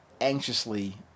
anxiously